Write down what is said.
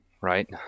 right